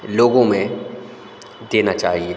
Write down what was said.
लोगों में देना चाहिए